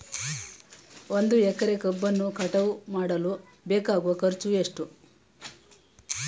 ಒಂದು ಎಕರೆ ಕಬ್ಬನ್ನು ಕಟಾವು ಮಾಡಲು ಬೇಕಾಗುವ ಖರ್ಚು ಎಷ್ಟು?